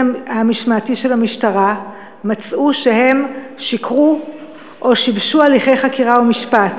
המשמעתי של המשטרה מצאו שהם שיקרו או שיבשו הליכי חקירה או משפט.